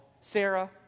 Sarah